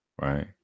right